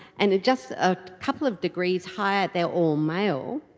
and just a couple of degrees higher they are all male.